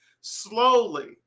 Slowly